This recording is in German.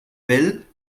will